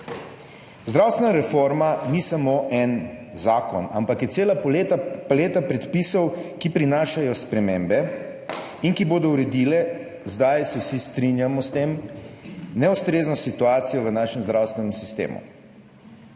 Zdravstvena reforma ni samo en zakon, ampak je cela paleta predpisov, ki prinašajo spremembe in ki bodo uredile – zdaj se vsi strinjamo s tem – neustrezno situacijo v našem zdravstvenem sistemu.